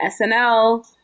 SNL